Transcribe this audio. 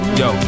yo